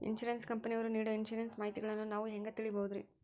Insurance ಕಂಪನಿಯವರು ನೇಡೊ insurance ಮಾಹಿತಿಗಳನ್ನು ನಾವು ಹೆಂಗ ತಿಳಿಬಹುದ್ರಿ?